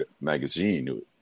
Magazine